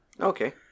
okay